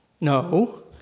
No